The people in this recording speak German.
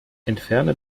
entferne